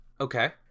okay